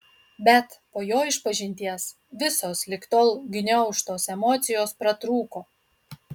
bet po jo išpažinties visos lig tol gniaužtos emocijos pratrūko